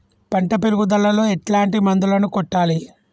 పంట పెరుగుదలలో ఎట్లాంటి మందులను కొట్టాలి?